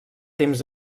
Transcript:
temps